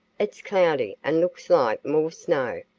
it's cloudy and looks like more snow.